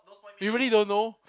you really don't know